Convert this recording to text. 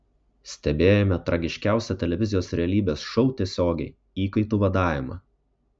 stebėjome tragiškiausią televizijos realybės šou tiesiogiai įkaitų vadavimą